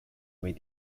made